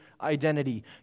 identity